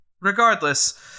regardless